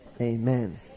Amen